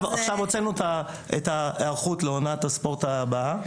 הוצאנו את ההיערכות לעונת הספורט הבאה.